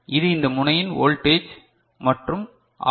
இது இந்த முனையின் வோல்டேஜ் மற்றும் இந்த ஆர்